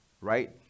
right